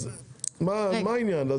מה העניין?